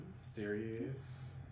serious